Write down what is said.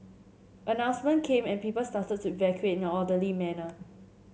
announcement came and people started to evacuate in an orderly manner